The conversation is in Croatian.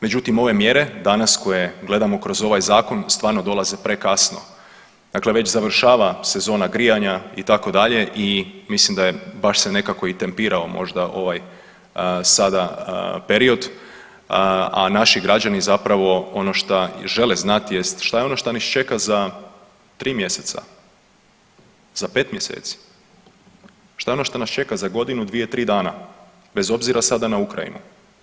Međutim ove mjere danas koje gledamo kroz ovaj zakon stvarno dolaze prekasno, dakle već završava sezona grijanja itd. i mislim da je, baš se nekako i tempirao možda ovaj sada period, a naši građani zapravo ono šta žele znati jest šta je ono šta nas čeka za 3 mjeseca, za 5 mjeseci, šta je ono šta nas čeka za godinu, dvije, tri dana bez obzira sada na Ukrajinu.